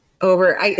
over